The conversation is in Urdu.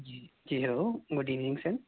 G hello good evening sir